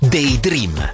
Daydream